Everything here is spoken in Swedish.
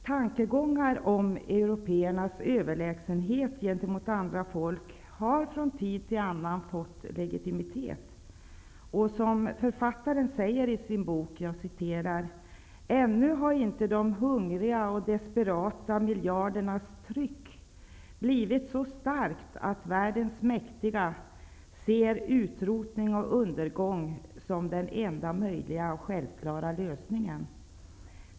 Tankegångar om européernas överlägsenhet gentemot andra folk har från tid till annan fått legitimitet, och författaren säger i sin bok: Ännu har inte de hungriga och desperata miljardernas tryck blivit så starkt att världens mäktiga ser utrotning och undergång som den enda möjliga lösningen, och självklara lösningen.